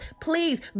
please